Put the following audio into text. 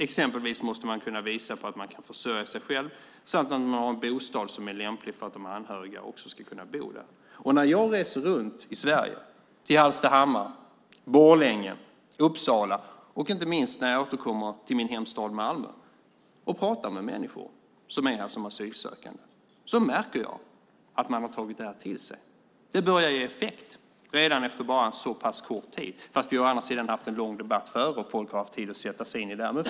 Exempelvis måste man kunna visa att man kan försörja sig själv samt att man har en bostad som är lämplig också för de anhöriga att bo i. När jag reser runt i Sverige, till Hallstahammar, Borlänge, Uppsala och inte minst när jag återkommer till min hemstad Malmö och pratar med människor som är asylsökande märker jag att man har tagit det här till sig. Det börjar ge effekt redan efter bara en så pass kort tid. Å andra sidan har vi haft en lång debatt före, och folk har haft tid att sätta sig in i det.